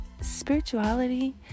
spirituality